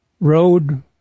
road